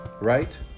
Right